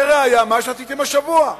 לראיה, מה שעשיתם השבוע.